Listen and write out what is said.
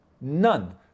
none